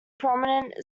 prominent